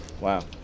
Wow